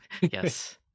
Yes